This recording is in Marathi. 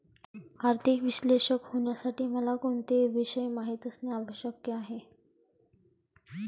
आर्थिक विश्लेषक होण्यासाठी मला कोणते विषय माहित असणे आवश्यक आहे?